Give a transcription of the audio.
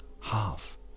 half